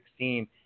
2016